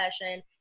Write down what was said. session